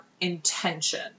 intention